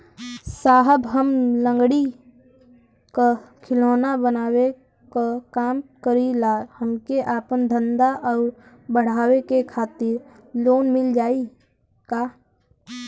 साहब हम लंगड़ी क खिलौना बनावे क काम करी ला हमके आपन धंधा अउर बढ़ावे के खातिर लोन मिल जाई का?